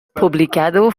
publicado